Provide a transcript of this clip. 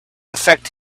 affect